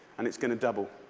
and it's going to double.